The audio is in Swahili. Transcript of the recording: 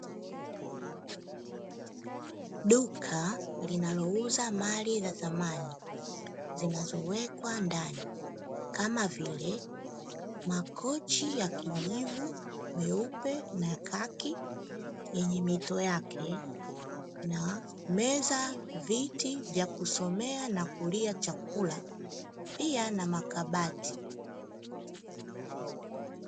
Duka linalouza mali za thamani vinavyowekwa ndani kama vile makochi yenye miito